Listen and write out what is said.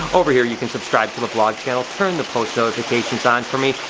over here you can subscribe to the vlog channel. turn the post notifications on for me.